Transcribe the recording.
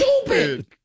stupid